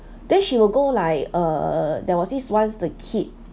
then she will go like uh there was this once the kid